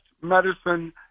medicine